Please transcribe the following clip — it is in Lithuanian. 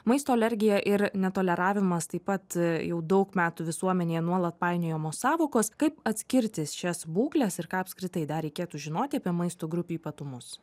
maisto alergija ir netoleravimas taip pat jau daug metų visuomenėje nuolat painiojamos sąvokos kaip atskirti šias būkles ir ką apskritai dar reikėtų žinoti apie maisto grupių ypatumus